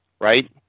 Right